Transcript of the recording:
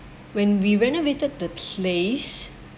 when we renovated the place